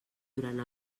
durant